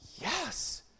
yes